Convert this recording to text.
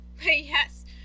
yes